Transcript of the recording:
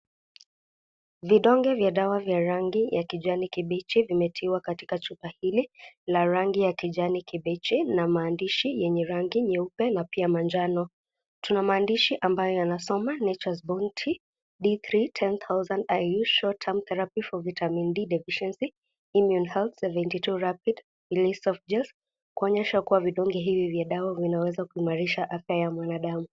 Vidonge vya dawa vya rangi ya kijani kibichi vimetiwa katika chupa hili la rangi ya kijani kibichi na maandishi yenye rangi nyeupe na pia manjano. Tuna maandishi ambayo yanasoma Nature's Bounty D3 10,000 IU Short Term Therapy for vitamin D deficiencies Immune Health 72 Rapid Release Soft gels . Kumaanisha vidonge hivi vinaweza kuimarisha afya ya mwanadamu